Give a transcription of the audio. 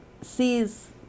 sees